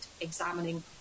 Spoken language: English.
examining